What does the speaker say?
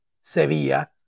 Sevilla